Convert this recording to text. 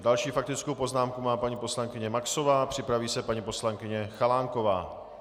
Další faktickou poznámku má paní poslankyně Maxová, připraví se paní poslankyně Chalánková.